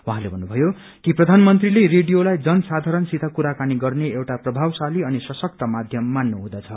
उहाँले भन्नुषयो कि प्रयानमन्त्रीले रेडियोलाई जन सायारणसित कुराकानी गर्ने एउटा प्रभावशाली अनि सशक्त माध्यम मान्नु हुँदछ